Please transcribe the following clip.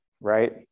right